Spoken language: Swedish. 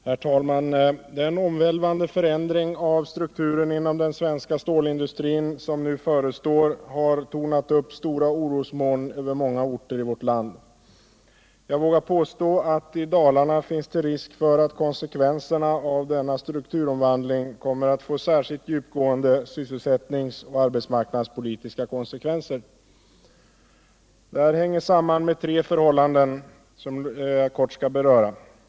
Herr talman! Den omvälvande förändring av strukturen inom den svenska stålindustrin som nu förestår har tornat upp stora orosmoln över många orter i vårt land. Jag vågar påstå att i Dalarna finns det risk för att denna strukturomvandling kommer att få särskilt djupgående sysselsättningsoch arbetsmarknadspolitiska konsekvenser. Detta hänger samman med tre förhållanden som jag något skall beröra.